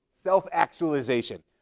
Self-actualization